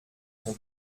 son